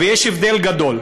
ויש הבדל גדול.